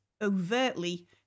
overtly